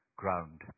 ground